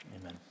Amen